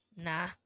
Nah